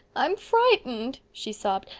i'm frightened, she sobbed.